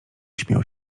śmiał